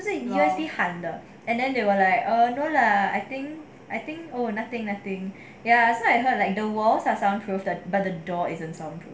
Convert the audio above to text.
就是 U_S_B 喊的 and then they were like err no lah I think I think oh nothing nothing ya so I heard like the walls are sound proof but the door isn't sound proof